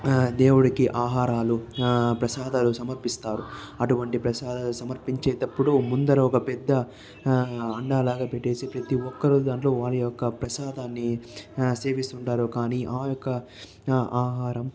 ఆ దేవుడికి ఆహారాలు ప్రసాదాలు సమర్పిస్తారు అటువంటి ప్రసాద సమర్పించేటప్పుడు ముందర ఒక పెద్ద అండా లాగా పెట్టేసి ప్రతి ఒక్కరు దాంట్లో వారి యొక్క ప్రసాదాన్ని సేవిస్తుంటారు కానీ ఆ యొక్క ఆహారం